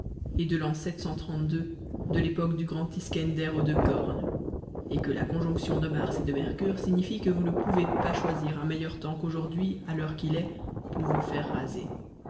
et de l'an de l'époque du grand iskender aux deux cornes et que la conjonction de mars et de mercure signifie que vous ne pouvez pas choisir un meilleur temps qu'aujourd'hui à l'heure qu'il est pour vous faire raser